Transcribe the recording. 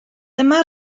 dyma